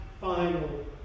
final